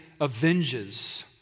avenges